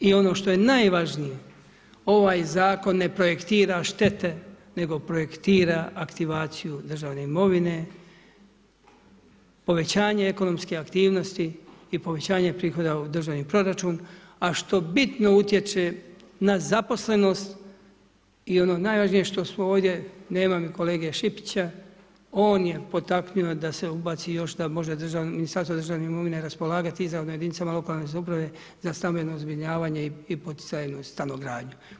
I ono što je najvažnije, ovaj zakon ne projektira štete, nego projektira aktivaciju državne imovine, povećanje ekonomske aktivnosti i povećanje prizora u državni proračun, a što bitno utječe na zaposlenost i ono najvažnije, što smo ovdje, nema mi kolege Šipića, on je potaknuo da se ubaci, još ta Ministarstvo državne imovine, raspolagati izravno jedinice lokalne samouprave za stambeno zbrinjavanje i poticanje stanogradnje.